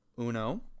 Uno